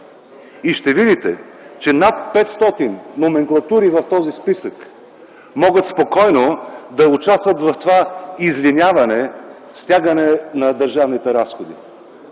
И ще видите, че над 500 номенклатури в този списък могат спокойно да участват в това излиняване, стягане на държавните разходи.